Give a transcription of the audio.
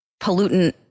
pollutant